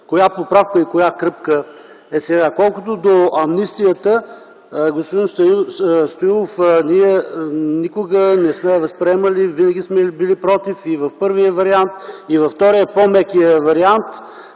Коя поправка и коя кръпка е сега? Колкото до амнистията, господин Стоилов, ние никога не сме я възприемали. Винаги сме били против и в първия вариант, и във втория, по-мекия вариант.